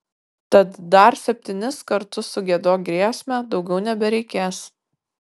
tad dar septynis kartus sugiedok giesmę daugiau nebereikės